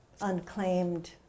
unclaimed